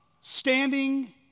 standing